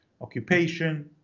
occupation